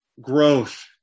growth